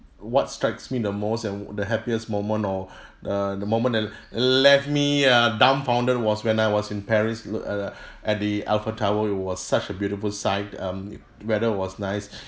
what strikes me the most and the happiest moment or uh the moment that left me uh dumbfounded was when I was in paris look at the at the eiffel tower it was such a beautiful sight um weather was nice